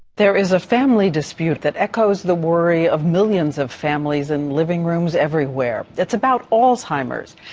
there is a family dispute that echoes the worry of millions of families in living rooms everywhere. it's about alzheimer's.